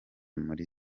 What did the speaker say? muri